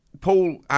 Paul